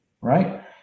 Right